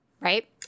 Right